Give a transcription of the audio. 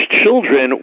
children